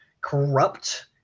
corrupt